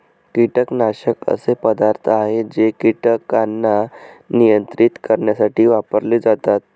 कीटकनाशक असे पदार्थ आहे जे कीटकांना नियंत्रित करण्यासाठी वापरले जातात